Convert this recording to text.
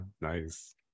nice